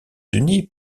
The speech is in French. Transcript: unis